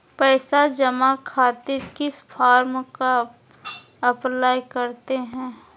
पैसा जमा खातिर किस फॉर्म का अप्लाई करते हैं?